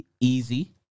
easy